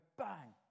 bang